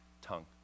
tongue